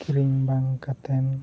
ᱨᱤᱱ ᱵᱟᱝ ᱠᱟᱛᱮᱱ